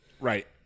Right